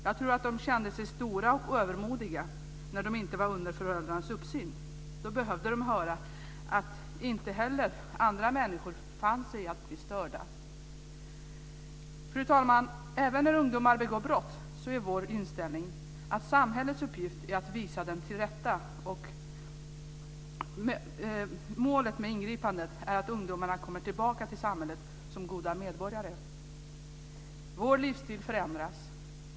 Jag tror att de kände sig stora och övermodiga när de inte var under föräldrarnas uppsikt. Då behövde de höra att inte heller andra människor fann sig i att bli störda. Fru talman! Även när ungdomar begår brott är vår inställning att samhällets uppgift är att visa dem till rätta, och målet med ingripandet är att ungdomarna ska komma tillbaka till samhället som goda medborgare. Vår livsstil förändras.